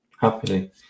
Happily